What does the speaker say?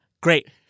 great